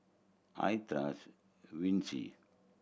I trust Vichy